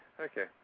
Okay